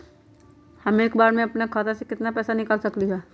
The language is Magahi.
हम एक बार में अपना खाता से केतना पैसा निकाल सकली ह?